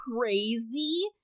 crazy